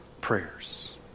prayers